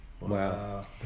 Wow